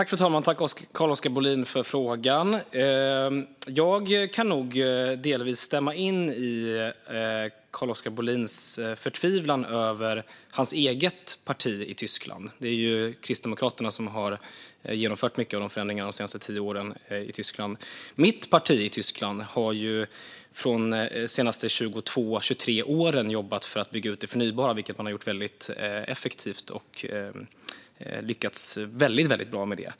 Fru talman! Tack, Carl-Oskar Bohlin för frågan! Jag kan delvis instämma i Carl-Oskar Bohlins förtvivlan över hans eget parti i Tyskland. Det är Kristdemokraterna som har genomfört mycket av de senaste tio årens förändringar i Tyskland. Mitt parti i Tyskland har under de senaste 22-23 åren jobbat för att bygga ut det förnybara, vilket man har gjort väldigt effektivt. Man har lyckats väldigt bra med det.